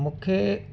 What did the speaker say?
मूंखे